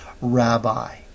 rabbi